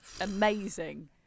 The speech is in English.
amazing